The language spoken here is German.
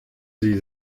sie